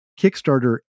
Kickstarter